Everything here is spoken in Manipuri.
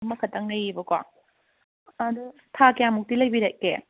ꯑꯃ ꯈꯛꯇꯪ ꯂꯩꯌꯦꯕꯀꯣ ꯑꯗꯣ ꯊꯥ ꯀꯌꯥꯃꯨꯛꯇꯤ ꯂꯩꯕꯤꯔꯛꯀꯦ